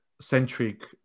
centric